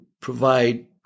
provide